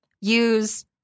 use